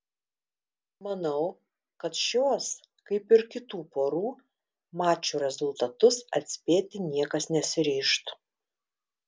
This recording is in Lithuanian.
manau kad šios kaip ir kitų porų mačų rezultatus atspėti niekas nesiryžtų